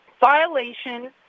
violation